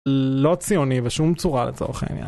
לא ציוני בשום צורה לצורך העניין.